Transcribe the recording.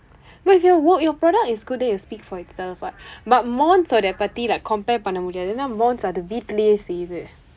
but if your work your product is good then it will speak for itself [what] but mons-vudaiya பற்றி:parri like compare பண்ண முடியாது ஏன் என்றால்:panna mudiyaathu een enraal mons அது வீட்டிலேயே செய்யுது:athu viitileeyee seyyuthu